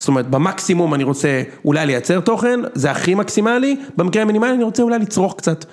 זאת אומרת במקסימום אני רוצה אולי לייצר תוכן, זה הכי מקסימלי, במקרה המינימלי אני רוצה אולי לצרוך קצת